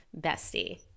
bestie